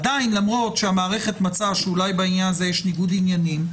עדיין למרות שהמערכת מצאה שאולי בעניין הזה יש ניגוד עניינים,